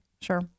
Sure